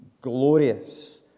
Glorious